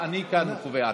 אני כאן קובע.